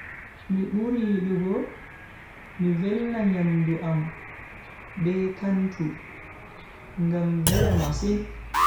Mi buri yidugo mi velna nyamdu am be kantu ngam vela masin.